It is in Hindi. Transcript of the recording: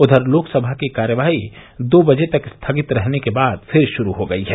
उधर लोकसभा की कार्यवाही दो बजे तक स्थगित रहने के बाद फिर शुरू हो गई है